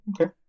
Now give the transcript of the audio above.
okay